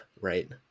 right